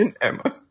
Emma